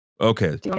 Okay